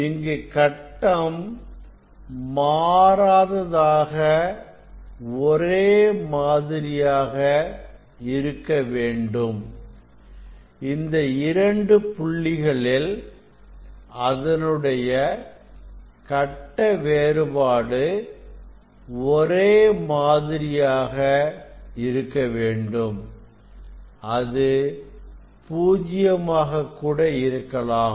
இங்கு கட்டம் மாறாததாக ஒரே மாதிரியாக இருக்க வேண்டும் இந்த இரண்டு புள்ளிகளில் அதனுடைய கட்ட வேறுபாடு ஒரே மாதிரியாக இருக்க வேண்டும் அது பூஜ்யமாக கூட இருக்கலாம்